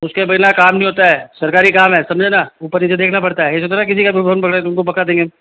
उसके बिना काम नहीं होता है सरकारी काम है समझे ना ऊपर नीचे देखना पड़ता है ऐसे थोड़ी ना किसी का भी फोन पकड़ के तुमको पकड़ा देंगे